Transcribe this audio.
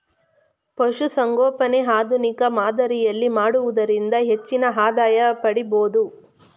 ಪಶುಸಂಗೋಪನೆ ಆಧುನಿಕ ಮಾದರಿಯಲ್ಲಿ ಮಾಡುವುದರಿಂದ ಹೆಚ್ಚಿನ ಆದಾಯ ಪಡಿಬೋದು